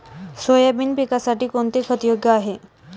Soybean पिकासाठी कोणते खत योग्य आहे?